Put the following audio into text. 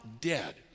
dead